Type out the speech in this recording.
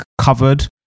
covered